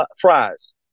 fries